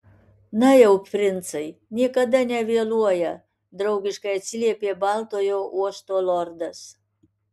na jau princai niekada nevėluoja draugiškai atsiliepė baltojo uosto lordas